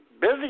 Busy